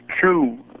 true